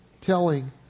telling